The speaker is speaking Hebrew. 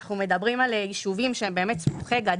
אנחנו מדברים על יישובים שהם באמת סמוכי-גדר.